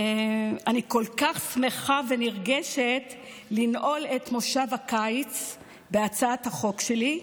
אני כל כך שמחה ונרגשת לנעול את מושב הקיץ בהצעת החוק שלי,